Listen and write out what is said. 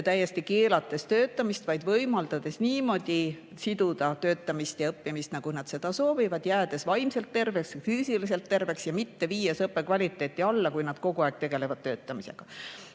täiesti keelates töötamist, vaid võimaldades siduda töötamist ja õppimist niimoodi, nagu nad seda soovivad, jäädes vaimselt terveks, füüsiliselt terveks ja mitte viies õppekvaliteeti alla, kui nad kogu aeg tegelevad töötamisega.